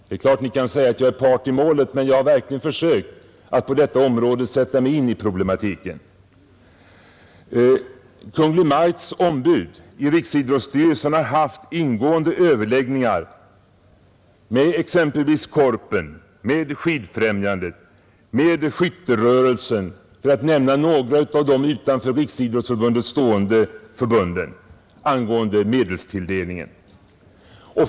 Det är klart att man kan säga att jag är part i målet, men jag har verkligen försökt att sätta mig in i problematiken på detta område. Kungl. Maj:ts ombud i riksidrottsstyrelsen har haft ingående överläggningar med exempelvis Korpen, med Skidfrämjandet, med Skytterörelsen, för att nämna några av de utanför Riksidrottsförbundet stående förbunden, angående médelstilldelningen.